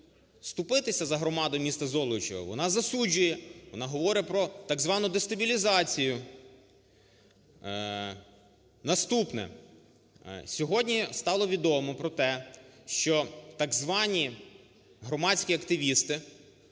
вступитися за громаду міста Золочіва, вона засуджує, вона говоре про так звану дестабілізацію. Наступне. Сьогодні стало відомо про те, що так звані громадські активісти